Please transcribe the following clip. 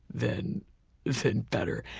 than than better.